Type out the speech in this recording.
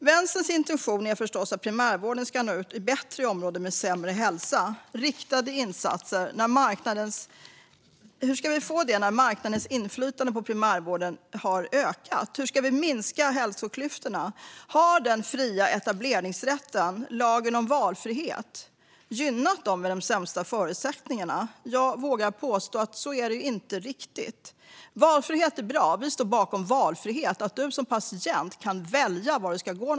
Vänsterns intention är förstås att primärvården ska nå ut bättre till områden med sämre hälsa. Hur ska vi få riktade insatser när marknadens inflytande på primärvården har ökat? Hur ska vi minska hälsoklyftorna? Har den fria etableringsrätten, lagen om valfrihetssystem, gynnat dem med de sämsta förutsättningarna? Jag vågar påstå att det inte riktigt är så. Valfrihet är bra. Vi står bakom valfrihet, det vill säga att du som patient kan välja vart du ska gå.